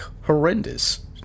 horrendous